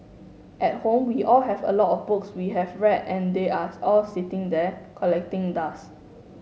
at home we all have a lot of books we have read and they are all sitting there collecting dust